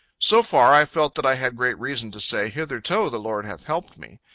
so far, i felt that i had great reason to say, hitherto the lord hath helped me.